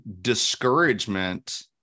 discouragement